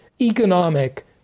economic